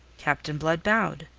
captain blood bowed.